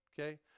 Okay